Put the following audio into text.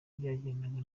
byajyanaga